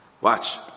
Watch